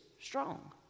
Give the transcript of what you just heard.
strong